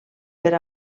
per